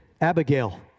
Abigail